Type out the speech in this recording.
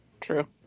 True